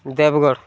Deogarh